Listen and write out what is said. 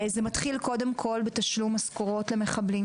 זה מתחיל קודם כל בתשלום משכורות למחבלים,